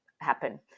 happen